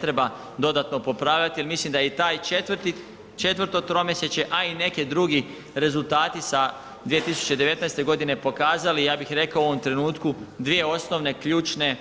treba dodatno popravljati jer mislim da i taj, 4 tromjesečje, a i neki drugi rezultati sa 2019. godine pokazali ja bih rekao u ovome trenutku dvije osnovne ključne,